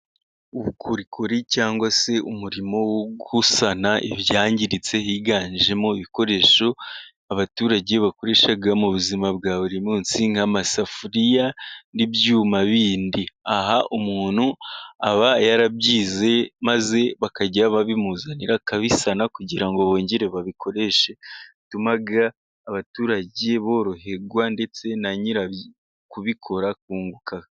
Ubukorikori cyangwa se umurimo wo gusana ibyangiritse，higanjemo ibikoresho abaturage bakoresha mu buzima bwa buri munsi， nk'amasafuriya n'ibyuma bindi，aha umuntu aba yarabyize， maze bakajya babimuzanira akabisana， kugira ngo bongere babikoreshe，bituma abaturage borohegmrwa， ndetse na nyiri kubikora akunguka.